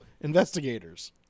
investigators